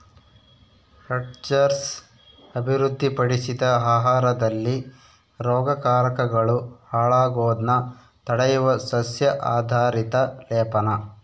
Rutgers ಅಭಿವೃದ್ಧಿಪಡಿಸಿದ ಆಹಾರದಲ್ಲಿ ರೋಗಕಾರಕಗಳು ಹಾಳಾಗೋದ್ನ ತಡೆಯುವ ಸಸ್ಯ ಆಧಾರಿತ ಲೇಪನ